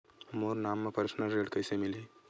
मोर नाम म परसनल ऋण कइसे मिलही?